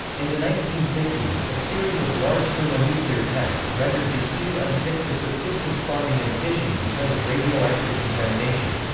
in the nineteen fifty s, a series of large thermonuclear tests rendered bikini unfit for subsistence farming and fishing because of radioactive contamination.